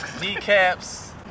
kneecaps